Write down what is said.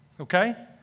Okay